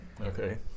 Okay